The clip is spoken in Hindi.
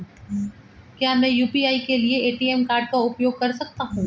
क्या मैं यू.पी.आई के लिए ए.टी.एम कार्ड का उपयोग कर सकता हूँ?